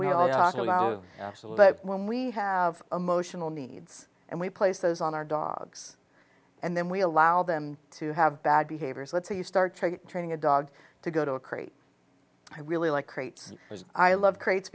about when we have emotional needs and we place those on our dogs and then we allow them to have bad behaviors let's say you start training a dog to go to a crate i really like crates i love crates